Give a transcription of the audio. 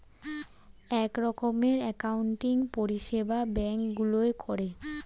এক রকমের অ্যাকাউন্টিং পরিষেবা ব্যাঙ্ক গুলোয় করে